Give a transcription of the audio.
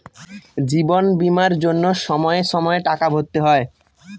জীবন বীমার জন্য সময়ে সময়ে টাকা ভরতে হয়